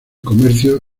comercio